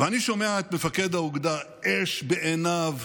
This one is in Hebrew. ואני שומע את מפקד האוגדה, אש בעיניו,